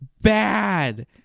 bad